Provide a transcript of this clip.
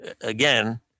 again –